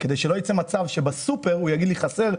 כדי שלא ייצא מצב שבסופר הוא יגיד לי חסר,